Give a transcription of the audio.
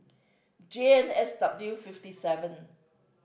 J N S W fifty seven